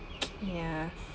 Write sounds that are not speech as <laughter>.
<noise> ya